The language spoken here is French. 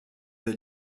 des